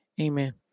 Amen